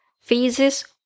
phases